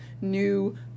new